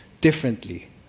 differently